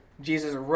Jesus